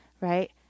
right